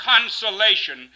consolation